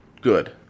good